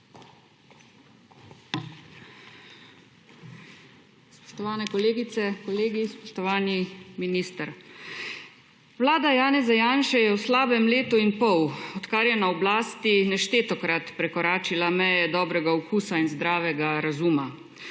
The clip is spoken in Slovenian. Spoštovane kolegice, kolegi, spoštovani minister! Vlada Janeza Janše je v slabem letu in pol, odkar je na oblasti, neštetokrat prekoračila meje dobrega okusa in zdravega razuma,